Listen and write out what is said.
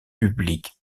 publique